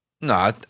No